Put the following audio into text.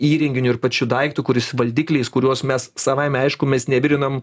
įrenginiu ir pačiu daiktu kuris valdikliais kuriuos mes savaime aišku mes nevirinam